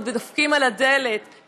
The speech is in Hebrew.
ודופקים על הדלת,